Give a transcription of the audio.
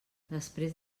després